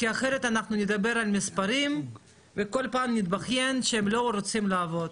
כי אחרת אנחנו נדבר על מספרים וכל פעם נתבכיין שהם לא רוצים לעבוד.